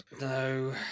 No